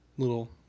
little